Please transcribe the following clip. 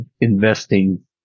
investing